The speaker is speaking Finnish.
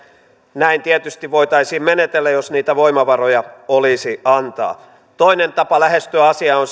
näin tietysti voitaisiin menetellä jos niitä voimavaroja olisi antaa toinen tapa lähestyä asiaa on